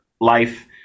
life